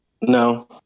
No